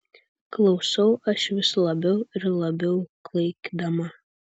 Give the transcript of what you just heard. klausau aš vis labiau ir labiau klaikdama